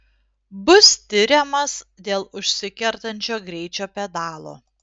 bus tiriamas dėl užsikertančio greičio pedalo